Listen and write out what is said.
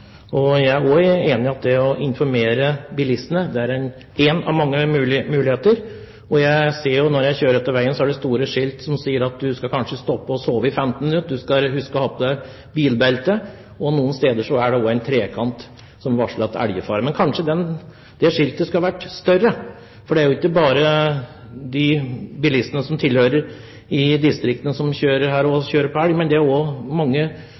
er også enig i at det å informere bilistene er én av mange muligheter. Jeg ser jo, når jeg kjører langs veien, at det er store skilt som sier at du kanskje bør stoppe og sove i 15 minutter, du skal huske å ha på deg bilbelte – og noen steder er det også en trekant som varsler at det er elgfare. Men kanskje det skiltet skulle ha vært større, for det er ikke bare de bilistene som tilhører distriktet, som kjører her, og som kjører på elg, men det er også mange utenbygdsfra og fra utlandet. For eksempel kjører mange